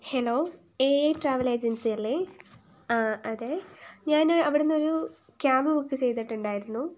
hello എ എ travel agency അല്ലേ ആ അതെ ഞാൻ അവിടെ നിന്നൊരു ക്യാബ് ബുക്ക് ചെയ്തിട്ടുണ്ടായിരുന്നു